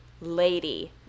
lady